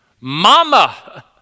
mama